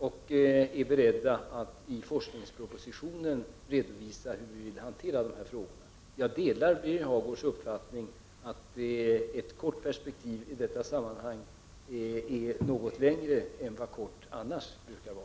Vi är beredda att i forskningspropositionen redovisa hur vi vill hantera dessa frågor. Jag delar Birger Hagårds uppfattning att ett kort perspektiv i detta sammanhang innebär en något längre tidsperiod än ett kort perspektiv annars brukar göra.